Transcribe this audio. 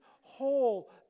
whole